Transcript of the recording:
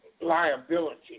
Liability